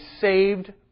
saved